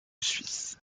suisse